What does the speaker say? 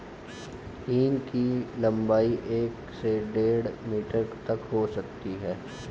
हींग की लंबाई एक से डेढ़ मीटर तक हो सकती है